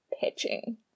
pitching